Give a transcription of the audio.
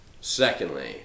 Secondly